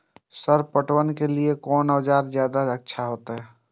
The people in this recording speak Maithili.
सर पटवन के लीऐ कोन औजार ज्यादा अच्छा होते?